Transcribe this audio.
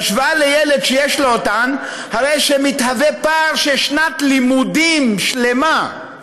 בהשוואה לילד שיש לו אותן הרי שמתהווה פער של שנת לימודים שלמה,